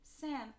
Sam